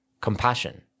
Compassion